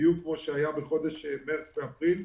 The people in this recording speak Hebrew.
בדיוק כמו שהיה בחודש מרץ ואפריל,